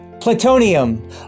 Plutonium